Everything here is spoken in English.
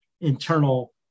internal